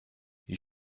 you